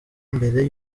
mbere